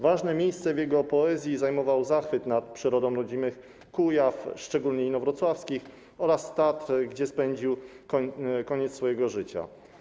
Ważne miejsce w jego poezji zajmował zachwyt nad przyrodą rodzimych Kujaw, szczególnie inowrocławskich, oraz Tatr, gdzie spędził koniec swojego życia.